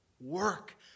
Work